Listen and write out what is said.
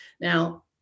Now